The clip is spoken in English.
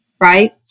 Right